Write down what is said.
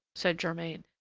said germain,